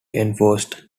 enforced